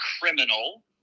criminal